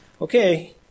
okay